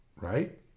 Right